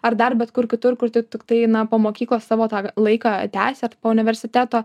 ar dar bet kur kitur kur tik tiktai eina po mokyklos savo tą laiką tęsi ar po universiteto